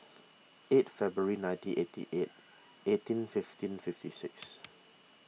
eight February nineteen eighty eight eighteen fifteen fifty six